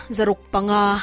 Zarukpanga